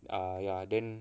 err ya then